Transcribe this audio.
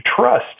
trust